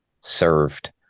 served